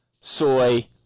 soy